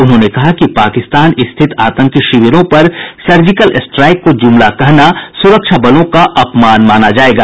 उन्होंने कहा कि पाकिस्तान स्थित आतंकी शिविरों पर सर्जिकल स्ट्राइक को जुमला कहना सुरक्षा बलों का अपमान माना जायेगा